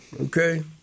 Okay